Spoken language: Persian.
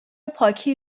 پاکی